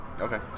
okay